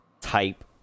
type